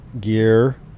gear